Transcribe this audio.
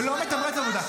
שלא מתמרץ עבודה?